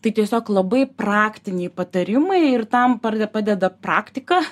tai tiesiog labai praktiniai patarimai ir tam par padeda praktika